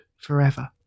forever